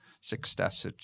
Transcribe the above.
success